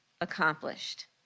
accomplished